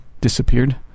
disappeared